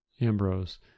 ambrose